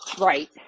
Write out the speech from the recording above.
Right